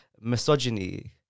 misogyny